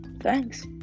Thanks